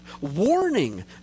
warning